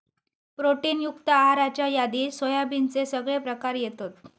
protein युक्त आहाराच्या यादीत सोयाबीनचे सगळे प्रकार येतत